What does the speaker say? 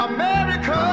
America